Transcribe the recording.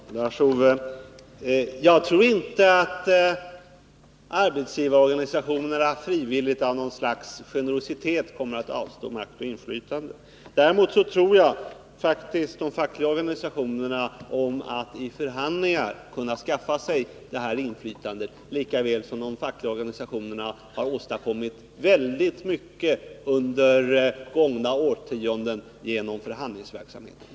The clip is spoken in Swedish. Herr talman! Jag tror inte, Lars-Ove Hagberg, att arbetsgivarorganisationerna frivilligt och i något slags generositet kommer att avstå från sitt inflytande. Däremot tror jag faktiskt de fackliga organisationerna om att i förhandlingar kunna skaffa sig det här inflytandet, lika väl som de fackliga organisationerna genom förhandlingsverksamhet har åstadkommit väldigt mycket under gångna årtionden.